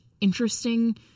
interesting